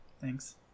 Thanks